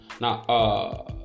Now